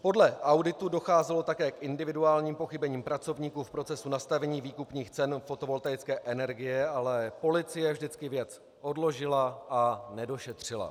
Podle auditu docházelo také k individuálním pochybením pracovníků v procesu nastavení výkupních cen fotovoltaické energie, ale policie vždycky věc odložila a nedošetřila.